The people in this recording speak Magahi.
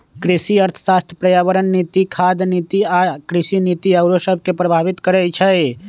कृषि अर्थशास्त्र पर्यावरण नीति, खाद्य नीति आ कृषि नीति आउरो सभके प्रभावित करइ छै